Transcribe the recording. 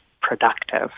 productive